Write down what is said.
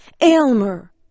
Aylmer